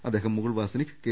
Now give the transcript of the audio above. അദ്ദേഹം മുകുൾ വാസ്നിക് കെ